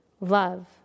love